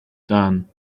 done